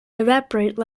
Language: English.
evaporate